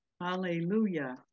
Hallelujah